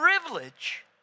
privilege